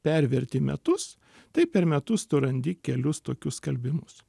perverti metus taip per metus tu randi kelius tokius skelbimus